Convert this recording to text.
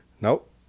nope